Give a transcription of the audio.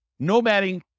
nomading